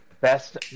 best